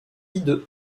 hideux